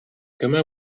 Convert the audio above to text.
comment